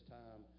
time